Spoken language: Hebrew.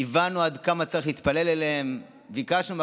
הבנו עד כמה צריך להתפלל עליהם.